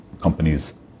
companies